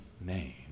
name